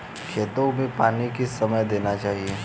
खेतों में पानी किस समय देना चाहिए?